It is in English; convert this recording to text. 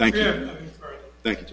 thank you thank you